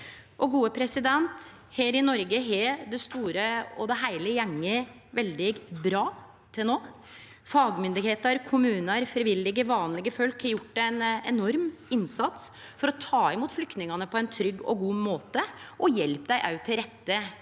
kort tid. Her i Noreg har det i det store og heile gått veldig bra til no. Fagmyndigheiter, kommunar, frivillige og vanlege folk har gjort ein enorm innsats for å ta imot flyktningane på ein trygg og god måte og hjelper dei òg til rette